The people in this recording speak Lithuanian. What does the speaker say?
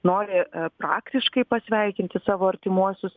nori praktiškai pasveikinti savo artimuosius